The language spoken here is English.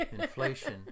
Inflation